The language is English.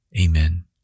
Amen